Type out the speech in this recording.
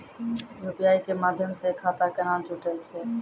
UPI के माध्यम से खाता केना जुटैय छै?